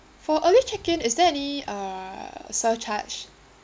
for early check-in is there any uh surcharge